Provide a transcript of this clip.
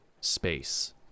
space